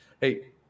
hey